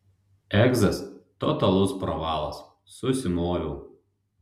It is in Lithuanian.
egzas totalus pravalas susimoviau